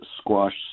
squash